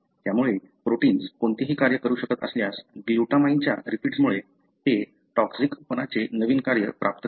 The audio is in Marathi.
त्यामुळे प्रोटिन्स कोणतेही कार्य करू शकत असल्यास ग्लूटामाइनच्या रिपीट्समुळे ते टॉक्सिकपणाचे नवीन कार्य प्राप्त करते